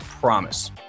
promise